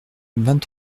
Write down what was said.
vingt